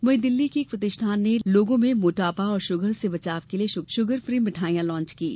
वहीं दिल्ली की एक प्रतिष्ठान ने लोगों में मोटापा और शुगर से बचाव के लिए शुगर फ्री मिठाईयां लॉन्च की हैं